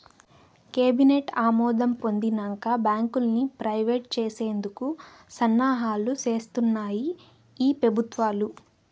cabinet ఆమోదం పొందినంక బాంకుల్ని ప్రైవేట్ చేసేందుకు సన్నాహాలు సేస్తాన్నాయి ఈ పెబుత్వాలు